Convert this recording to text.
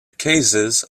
cases